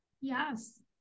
Yes